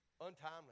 untimely